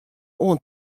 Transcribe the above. oant